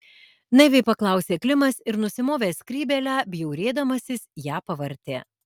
naiviai paklausė klimas ir nusimovęs skrybėlę bjaurėdamasis ją pavartė